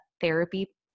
therapy